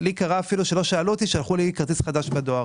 אותי לא שאלו ושלחו לי כרטיס חדש בדואר.